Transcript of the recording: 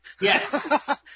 Yes